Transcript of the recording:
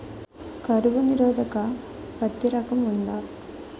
కరువు నిరోధక పత్తి రకం ఉందా?